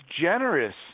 generous